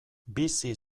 bizi